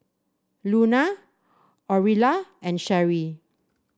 Luna Orilla and Sherrie